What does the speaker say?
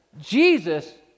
Jesus